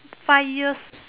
five years